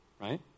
right